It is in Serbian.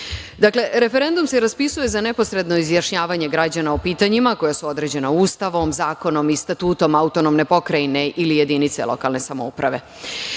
referendum se raspisuje za neposredno izjašnjavanje građana o pitanjima koja su određena Ustavom, zakonom i statutom autonomne pokrajine ili jedinice lokalne samouprave.